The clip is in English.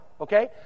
okay